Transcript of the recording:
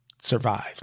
survived